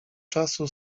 czasu